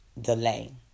delay